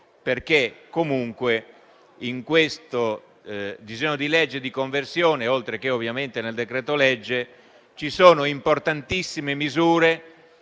perché comunque nel disegno di legge di conversione, oltre che nel decreto-legge, ci sono importantissime misure